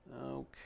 Okay